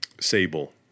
sable